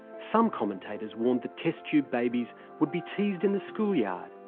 some commentators warned that test-tube babies would be teased in the schoolyard.